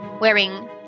wearing